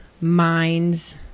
minds